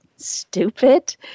stupid